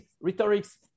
rhetorics